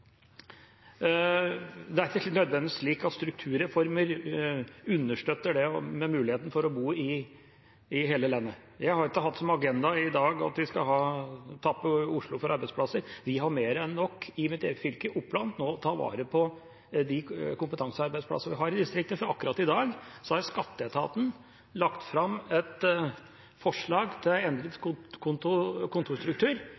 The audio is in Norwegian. Det er ikke nødvendigvis slik at strukturreformer understøtter det med muligheten for å kunne bo i hele landet. Jeg har ikke hatt som agenda i dag at vi skal tappe Oslo for arbeidsplasser. Vi har mer enn nok, i mitt eget fylke, Oppland, med å ta vare på de kompetansearbeidsplassene vi har i distriktet, for akkurat i dag har skatteetaten lagt fram et forslag til